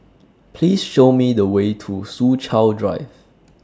Please Show Me The Way to Soo Chow Drive